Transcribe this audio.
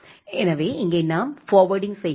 எனவே இங்கே நாம் ஃபார்வேர்ட்டிங் செய்கிறோம்